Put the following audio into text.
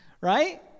right